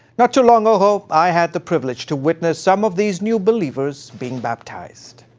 not too long ago, i had the privilege to witness some of these new believers being baptized.